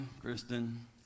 Kristen